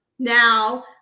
Now